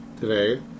today